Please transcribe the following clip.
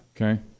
Okay